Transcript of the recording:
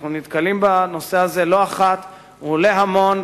אנחנו נתקלים בנושא הזה לא אחת, הוא עולה המון,